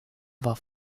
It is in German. war